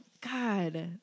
god